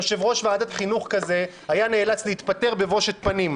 יושב-ראש ועדת חינוך כזה היה נאלץ להתפטר בבושת פנים.